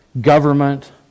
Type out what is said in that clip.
government